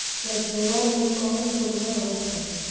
सरसोबा मे कौन रोग्बा होबय है?